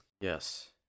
Yes